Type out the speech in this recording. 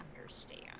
understand